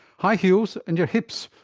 high heels and your hips.